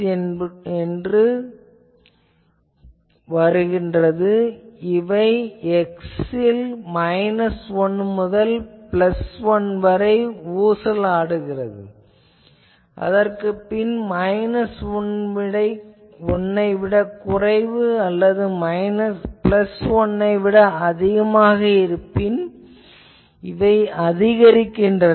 என்பன x ல் 1 முதல் 1 வரை ஊசலாடுகிறது அதற்குப்பின் மைனஸ் 1 ஐ விடக் குறைவு அல்லது 1 ஐ விட அதிகமாக இருப்பின் இது அதிகரிக்கிறது